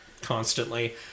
constantly